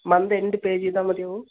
month end pay ചെയ്താൽ മതിയാവുമോ